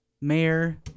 Mayor